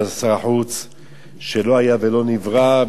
שלא היה ולא נברא, וזה רק סתם שמועות,